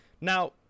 Now